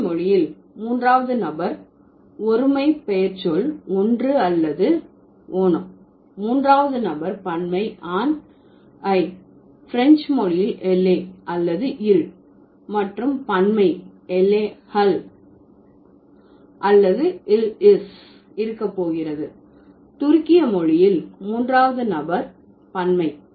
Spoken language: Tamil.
ரஷியன் மொழியில் மூன்றாவது நபர் ஒருமை பெயர்ச்சொல் ஒன்று அல்லது ஓனோ மூன்றாவது நபர் பன்மை ஆன் இ பிரஞ்சு மொழியில் எல்லே அல்லது இல் மற்றும் பன்மை எல்லே கள் அல்லது இல் ஸ் இருக்க போகிறது துருக்கிய மொழியில் மூன்றாவது நபர் பன்மை